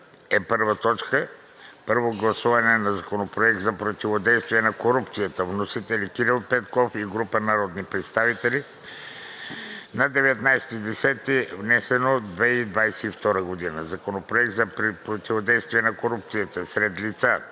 е: „1. Първо гласуване на: Законопроекта за противодействие на корупцията. Вносители са Кирил Петков и група народни представители на 19 октомври 2022 г.; Законопроекта за противодействие на корупцията сред лица,